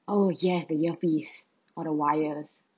oh yes the yuppies or the wires